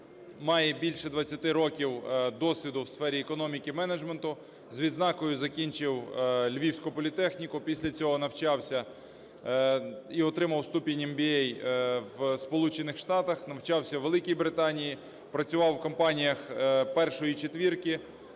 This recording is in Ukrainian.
має більше 20 років досвіду в сфері економіки, менеджменту, з відзнакою закінчив "Львівську політехніку". Після цього навчався і отримав ступінь МВА в Сполучених Штатах. Навчався у Великій Британії. Працював в компаніях "першої четвірки".